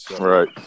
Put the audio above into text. Right